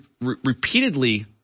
repeatedly